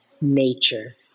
nature